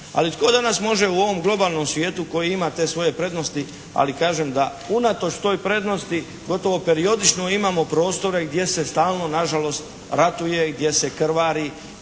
ali tko danas može u ovom globalnom svijetu koji ima te svoje prednosti, ali kažem da unatoč toj prednosti gotovo periodično imamo prostore gdje se stalno na žalost ratuje i gdje se krvari,